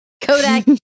Kodak